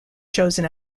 chosen